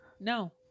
no